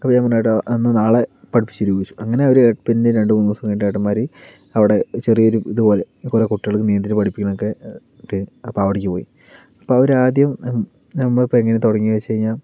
അപ്പോൾ ഞാൻ പറഞ്ഞു ഏട്ടാ എന്നാൽ നാളെ പഠിപ്പിച്ച് തരുമോ ചോദിച്ചു അങ്ങനെ ഒരു പിന്നെ രണ്ടുമൂന്നു ദിവസം കഴിഞ്ഞിട്ട് ഏട്ടന്മാര് അവിടെ ചെറിയ ഒരു ഇതുപോലെ കുറെ കുട്ടികൾക്ക് നീന്തൽ പഠിപ്പിക്കുന്നത് ഒക്കെ ഉണ്ട് അപ്പോ അവിടേക്ക് പോയി അപ്പോൾ അവര് ആദ്യം നമ്മൾ ഇപ്പോൾ എങ്ങനെ തുടങ്ങിയത് എന്ന് വെച്ച് കഴിഞ്ഞാൽ